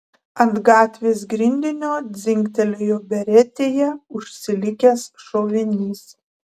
ant gatvės grindinio dzingtelėjo beretėje užsilikęs šovinys